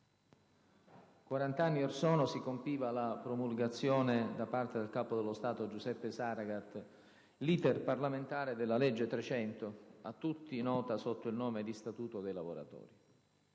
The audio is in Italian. quarant'anni or sono si compiva con la promulgazione, da parte del Capo dello Stato Giuseppe Saragat, l'*iter* parlamentare della legge n. 300, a tutti nota sotto il nome di «Statuto dei lavoratori».